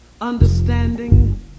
understanding